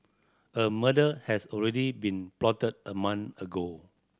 a murder has already been plotted a month ago